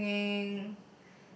singing